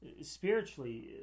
spiritually